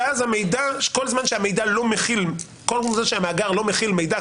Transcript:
ואז המידע שכל זמן שהמידע לא מכיל כל זה שהמאגר לא מכיל מידע,